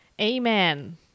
Amen